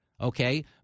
okay